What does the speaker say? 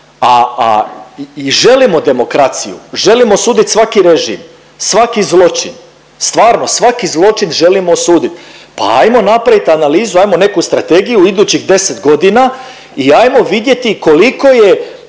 i želimo demokraciju, želimo osudit svaki režim, svaki zločin, stvarno svaki zločin želimo osudit, pa ajmo napravit analizu, ajmo neku strategiju u idućih deset godina i ajmo vidjeti koliko je